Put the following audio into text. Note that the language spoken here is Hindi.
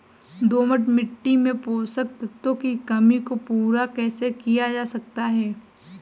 दोमट मिट्टी में पोषक तत्वों की कमी को पूरा कैसे किया जा सकता है?